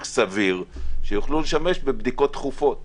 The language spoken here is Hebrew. סביר על מנת שיוכלו לשמש בבדיקות דחופות.